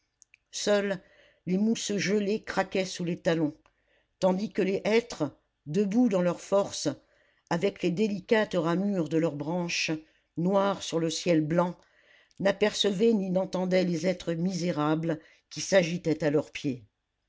seules les mousses gelées craquaient sous les talons tandis que les hêtres debout dans leur force avec les délicates ramures de leurs branches noires sur le ciel blanc n'apercevaient ni n'entendaient les êtres misérables qui s'agitaient à leur pied